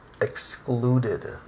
excluded